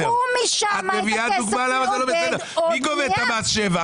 מי גובה את מס השבח?